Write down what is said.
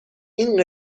این